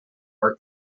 are